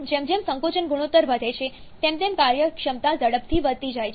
જેમ જેમ સંકોચન ગુણોત્તર વધે છે તેમ તેમ કાર્યક્ષમતા ઝડપથી વધતી જાય છે